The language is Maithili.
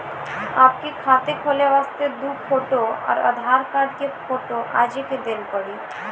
आपके खाते खोले वास्ते दु फोटो और आधार कार्ड के फोटो आजे के देल पड़ी?